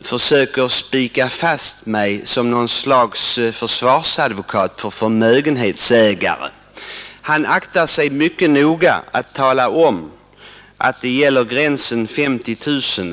försöker spika fast mig som något slags försvarsadvokat för förmögenhetsägare. Han aktar sig mycket noga att tala om att det gäller gränsen 50 000 kronor.